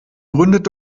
gründet